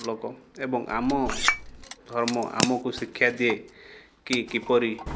ଲୋକ ଏବଂ ଆମ ଧର୍ମ ଆମକୁ ଶିକ୍ଷା ଦିଏ କି କିପରି